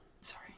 Sorry